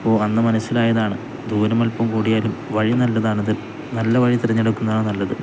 അപ്പോള് അന്നു മനസ്സിലായതാണു ദൂരമൽപ്പം കൂടിയാലും വഴി നല്ലതാണിത് നല്ല വഴി തിരഞ്ഞെടുക്കുന്നതാണു നല്ലത്